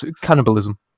cannibalism